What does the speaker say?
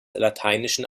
lateinischen